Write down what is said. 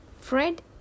Fred